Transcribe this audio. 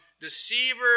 deceiver